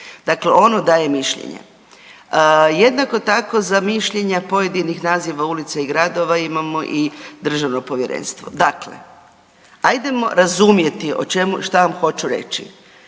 dakle ono daje mišljenje. Jednako tako za mišljenja pojedinih naziva ulica i gradova imamo i državno povjerenstvo. Dakle, ajdemo razumjeti o čemu, šta vam hoću reći.